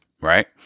Right